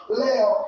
leo